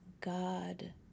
God